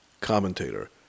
commentator